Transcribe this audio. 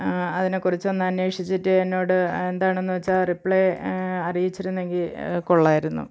അതിനെ കുറിച്ച് ഒന്ന് അന്വേഷിച്ചിട്ട് എന്നോട് എന്താണെന്നു വച്ചാൽ റിപ്ലൈ അറിയിച്ചിരുന്നെങ്കിൽ കൊള്ളാമായിരുന്നു